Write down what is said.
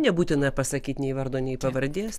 nebūtina pasakyti nei vardo nei pavardės